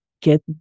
get